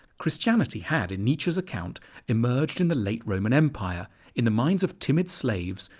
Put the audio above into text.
christianity had in nietzsche's account emerged in the late roman empire in the minds of timid slaves,